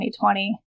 2020